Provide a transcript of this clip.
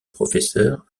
professeur